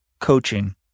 coaching